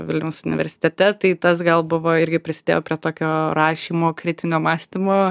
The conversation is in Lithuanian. vilniaus universitete tai tas gal buvo irgi prisidėjo prie tokio rašymo kritinio mąstymo